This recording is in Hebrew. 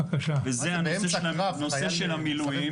וזה נושא המילואים.